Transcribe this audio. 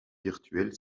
virtuel